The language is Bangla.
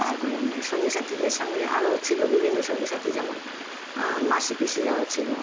তারপরে সঙ্গী সাথীদের সঙ্গে আরও ছিল বিভিন্ন সঙ্গী সাথী যেমন মাসি পিসিরাও ছিল